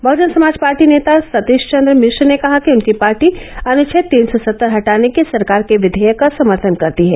Bahujan Samaj party नेता सतीश चन्द्र मिश्र ने कहा कि उनकी पार्टी अनुच्छेद तीन सौ सत्तर हटाने के सरकार के विधेयक का समर्थन करती है